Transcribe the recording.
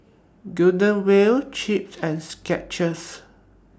Golden Wheel Chaps and Skechers